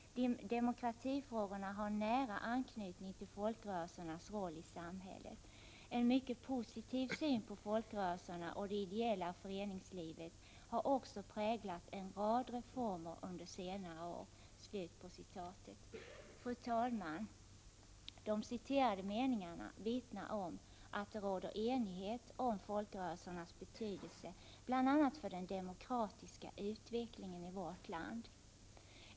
Demokratifrågorna har nära anknytning till folkrörelsernas roll i samhället. En mycket positiv syn på folkrörelserna och det ideella föreningslivet har också präglat en rad reformer under senare år.” Fru talman! De citerade meningarna vittnar om att det råder enighet om folkrörelsernas betydelse, bl.a. för den demokratiska utvecklingen i vårt land.